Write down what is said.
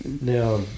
Now